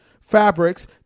fabrics